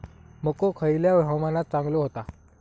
मको खयल्या हवामानात चांगलो होता?